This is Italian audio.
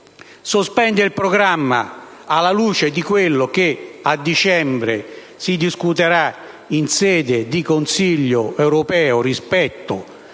sospendere il programma alla luce di quello che a dicembre si discuterà in sede di Consiglio europeo, ossia rispetto